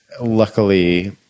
luckily